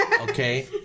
okay